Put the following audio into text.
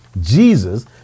Jesus